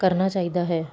ਕਰਨਾ ਚਾਹੀਦਾ ਹੈ